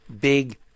big